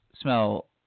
smell